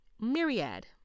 myriad